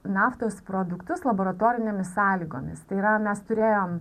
naftos produktus laboratorinėmis sąlygomis tai yra mes turėjom